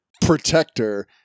Protector